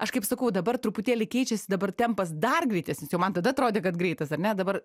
aš kaip sakau dabar truputėlį keičiasi dabar tempas dar greitesnis jau man tada atrodė kad greitas ar ne dabar